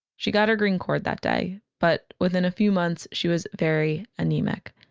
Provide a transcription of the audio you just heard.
she got her green cord that day, but within a few months, she was very anemic,